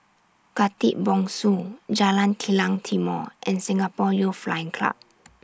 Khatib Bongsu Jalan Kilang Timor and Singapore Youth Flying Club